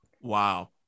Wow